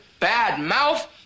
badmouth